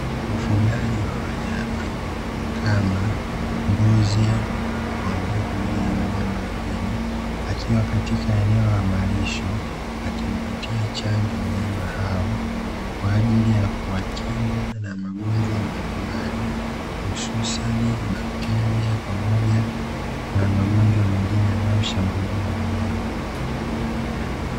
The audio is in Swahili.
Mfugaji wa wanyama kama mbuzi, kondoo pamoja na wanyama wengine, akiwa katika eneo la malisho, akiwapatia chanjo wanyama hao, kwaajili ya kuwakinga na magonjwa mbalimbali hususani bakiteria pamoja na magonjwa mengine yanayoshambulia wanyama.